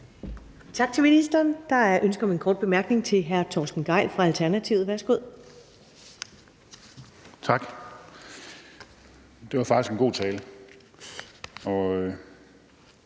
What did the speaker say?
Tak til ministeren. Der er et ønske om en kort bemærkning fra hr. Torsten Gejl fra Alternativet. Værsgo. Kl. 19:15 Torsten Gejl